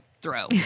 throw